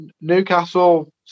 Newcastle